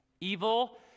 Evil